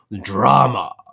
drama